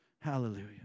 Hallelujah